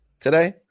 today